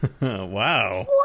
Wow